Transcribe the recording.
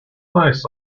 nice